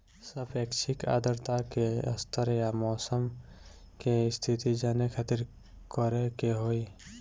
सापेक्षिक आद्रता के स्तर या मौसम के स्थिति जाने खातिर करे के होई?